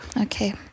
Okay